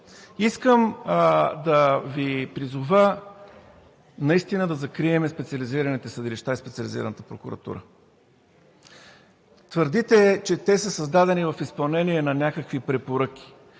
Искам да Ви призова наистина да закрием специализираните съдилища и Специализираната прокуратура. Твърдите, че те са създадени в изпълнение на някакви препоръки.